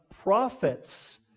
prophets